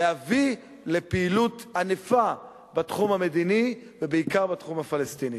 להביא לפעילות ענפה בתחום המדיני ובעיקר בתחום הפלסטיני.